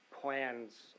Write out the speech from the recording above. plans